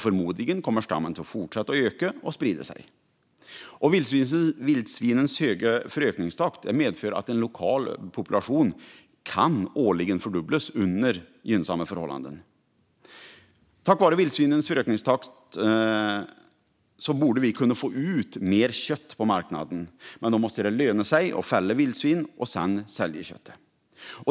Förmodligen kommer stammen att fortsätta att öka och sprida sig. Vildsvinens höga förökningstakt medför att en lokal population årligen kan fördubblas under gynnsamma förhållanden. Tack vare vildsvinens förökningstakt borde vi få ut mer kött på marknaden, men då måste det löna sig att fälla vildsvin och sedan sälja köttet.